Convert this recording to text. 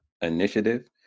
initiative